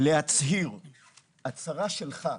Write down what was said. להצהיר - הצהרה שלך,